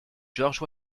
george